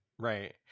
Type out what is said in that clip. Right